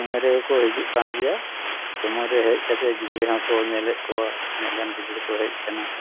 ᱥᱳᱢᱳᱭ ᱨᱮᱜᱮ ᱠᱚ ᱦᱤᱡᱩᱜ ᱠᱟᱱ ᱜᱮᱭᱟ ᱥᱳᱢᱳᱭ ᱨᱮ ᱦᱮᱡ ᱠᱟᱛᱮ ᱜᱤᱫᱽᱨᱟᱹ ᱦᱚᱠᱚ ᱧᱮᱞᱮᱫ ᱠᱚᱣᱟ ᱛᱤᱱᱟᱜ ᱜᱟᱱ ᱜᱤᱫᱽᱨᱟᱹ ᱠᱚ ᱦᱮᱡ ᱟᱠᱟᱱᱟ